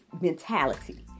mentality